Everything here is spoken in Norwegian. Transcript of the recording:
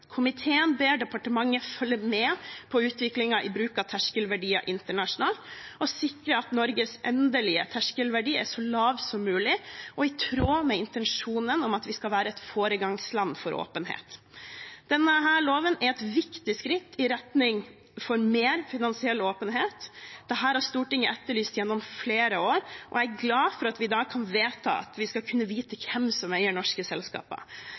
Komiteen ber departementet følge med på utviklingen i bruk av terskelverdier internasjonalt og sikre at Norges endelige terskelverdi er så lav som mulig og i tråd med intensjonen om at vi skal være et foregangsland når det gjelder åpenhet. Denne loven er et viktig skritt i retning av en mer finansiell åpenhet. Dette har Stortinget etterlyst gjennom flere år. Jeg er glad for at vi i dag kan vedta at vi skal kunne vite hvem som eier norske selskaper.